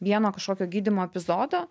vieno kažkokio gydymo epizodo